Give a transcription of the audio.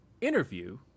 interview